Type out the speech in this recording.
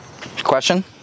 Question